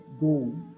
go